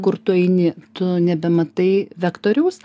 kur tu eini tu nebematai vektoriaus